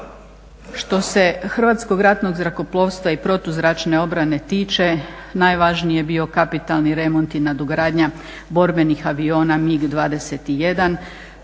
Što se Hrvatskog ratnog zrakoplovstva i protuzračne obrane tiče najvažniji je bio kapitalni remont i nadogradnja borbenih aviona MIG 21.